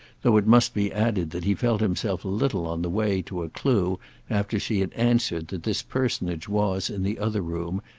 though it must be added that he felt himself a little on the way to a clue after she had answered that this personage was, in the other room,